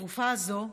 תרופה זו,